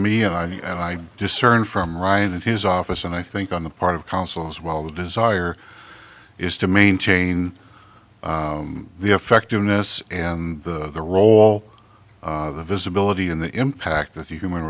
me and i and i discern from ryan and his office and i think on the part of counsel is while the desire is to maintain the effectiveness and the role of the visibility in the impact that human